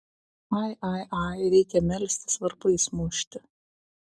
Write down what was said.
ai ai ai reikia melstis varpais mušti